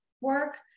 work